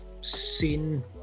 seen